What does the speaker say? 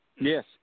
Yes